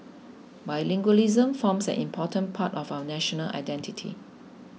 bilingualism forms an important part of our national identity